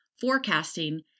forecasting